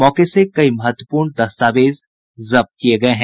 मौके से कई महत्वपूर्ण दस्तावेज जब्त किये गये हैं